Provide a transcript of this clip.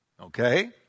okay